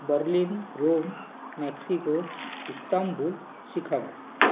Berlin Rome Mexico Istanbul Chicago